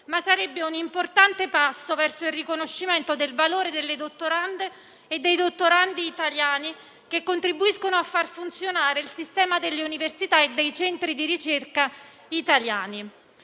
ma sarebbe un importante passo verso il riconoscimento del valore delle dottorande e dei dottorandi italiani, che contribuiscono a far funzionare il sistema delle università e dei centri di ricerca italiani.